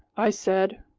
i said,